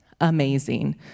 amazing